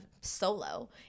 solo